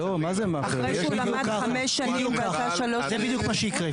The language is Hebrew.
אחרי שהוא למד חמש שנים ועשה שלוש שנים התמחות?